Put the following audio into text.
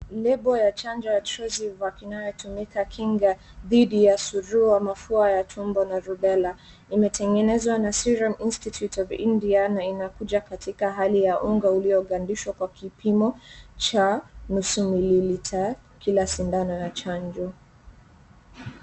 Label ya chanjo ya Tresivac inayotumika kinga dhidi ya surua, mafua ya tumbo na rubela, imetengenezwa na Serum Institute of India na inakuja katika hali ya unga uliogandishwa kwa kipimo cha nusu mililita kila sindano ya chanjo.